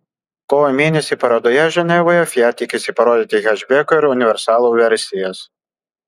kovo mėnesį parodoje ženevoje fiat tikisi parodyti hečbeko ir universalo versijas